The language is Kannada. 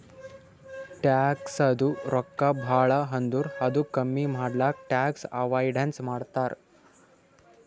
ಟ್ಯಾಕ್ಸದು ರೊಕ್ಕಾ ಭಾಳ ಆದುರ್ ಅದು ಕಮ್ಮಿ ಮಾಡ್ಲಕ್ ಟ್ಯಾಕ್ಸ್ ಅವೈಡನ್ಸ್ ಮಾಡ್ತಾರ್